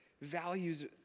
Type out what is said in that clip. values